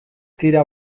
dira